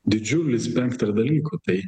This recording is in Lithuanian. didžiulį spektrą dalykų tai